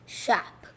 shop